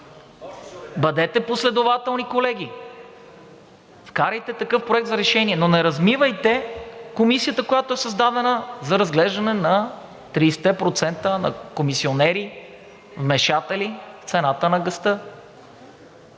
бъдете последователни, колеги, вкарайте такъв проект за решение, но не размивайте Комисията, която е създадена за разглеждане на тридесетте процента на комисионери, вмешатели, цената на газа.